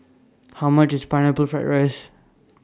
How much IS Pineapple Fried Rice